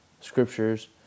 scriptures